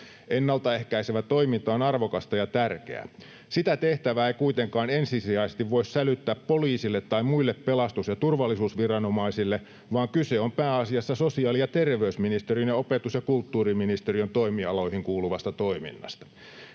Ennaltaehkäisevä toiminta on arvokasta ja tärkeää. Sitä tehtävää ei kuitenkaan ensisijaisesti voi sälyttää poliisille tai muille pelastus- ja turvallisuusviranomaisille, vaan kyse on pääasiassa sosiaali- ja terveysministeriön ja opetus- ja kulttuuriministeriön toimialoihin kuuluvasta toiminnasta.